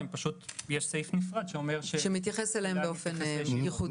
יש פשוט סעיף נפרד שלפיו -- שמתייחס אליהם באופן ייחודי.